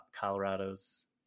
Colorado's